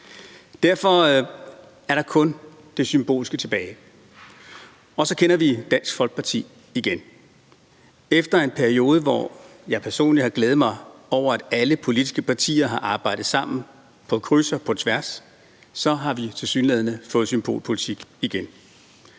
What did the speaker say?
Derfor er der kun det symbolske tilbage. Og så kender vi Dansk Folkeparti igen. Efter en periode, hvor jeg personligt har glædet mig over, at alle politiske partier har arbejdet sammen på kryds og på tværs, så har vi tilsyneladende fået symbolpolitik igen.